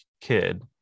kid